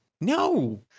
No